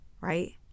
right